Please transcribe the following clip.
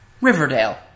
Riverdale